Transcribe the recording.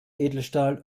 edelstahl